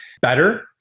better